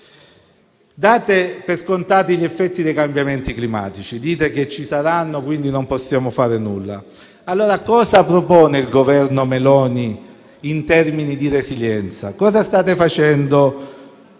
Date per scontati gli effetti dei cambiamenti climatici, che dite ci saranno, quindi non possiamo fare nulla. Ebbene, cosa propone il Governo Meloni in termini di resilienza? Cosa state facendo